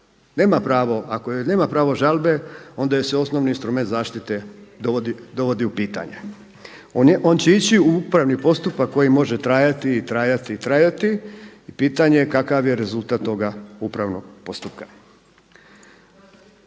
ako jer nema pravo žalbe onda joj se osnovni instrument zaštite dovodi u pitanje. On će ići u upravni postupak koji može trajati i trajati i trajati i pitanje je kakav je rezultat toga upravnoga postupka.